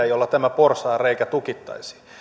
jolla tämä porsaanreikä tukittaisiin olisi mahdollista tehdä